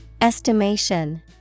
Estimation